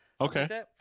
Okay